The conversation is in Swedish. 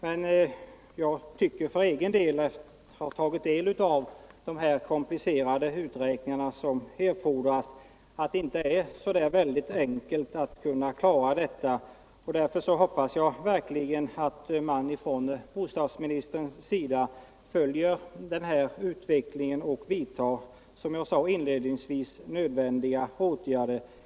Men jag tycker personligen, efter att ha tagit del av de komplicerade uträkningar som fordras, att det inte är särskilt enkelt att klara detta. Därför hoppas jag verkligen att bostadsministern följer utvecklingen och, som jag berörde inledningsvis, vidtar de nödvändiga åtgärderna.